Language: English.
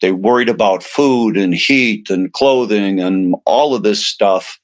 they worried about food, and heat, and clothing, and all of this stuff.